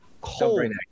Cold